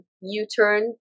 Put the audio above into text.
U-turn